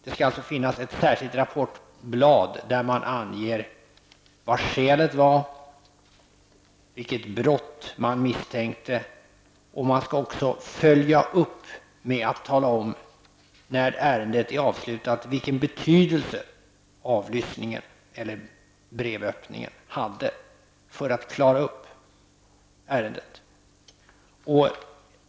Det skall alltså finnas ett särskilt rapportblad där man anger vad skälet var, vilket brott man misstänker. Man skall också följa upp med att tala om när ärendet är slutbehandlat och vilken betydelse avlyssningen eller öppnandet av brevet har haft för att klara upp ärendet.